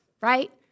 right